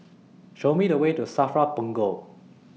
Show Me The Way to SAFRA Punggol